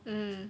mmhmm